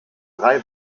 drei